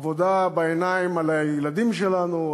עבודה בעיניים על הילדים שלנו,